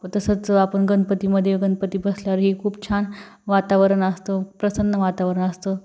प तसंच आपण गणपतीमध्ये गणपती बसल्यावरही खूप छान वातावरण असतं प्रसन्न वातावरण असतं